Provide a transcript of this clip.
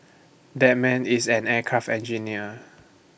that man is an aircraft engineer